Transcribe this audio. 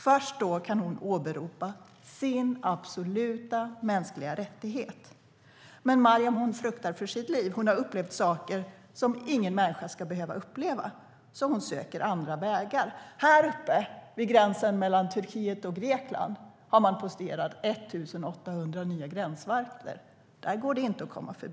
Först då kan hon åberopa sin absoluta mänskliga rättighet. Men Mariam fruktar för sitt liv. Hon har upplevt saker som ingen människa ska behöva uppleva. Så hon söker andra vägar. Uppe vid åhörarläktaren, vid gränsen mellan Turkiet och Grekland, har man posterat 1 800 nya gränsvakter. Där går det inte att komma förbi.